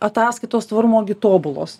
ataskaitos tvarumo gi tobulos